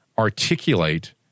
articulate